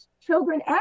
children